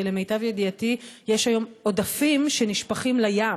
כי למיטב ידיעתי יש היום עודפים שנשפכים לים.